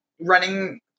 running